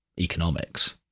economics